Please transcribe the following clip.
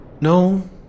no